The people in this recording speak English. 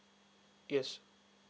yes